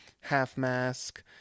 half-mask